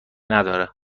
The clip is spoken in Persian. نداره